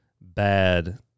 bad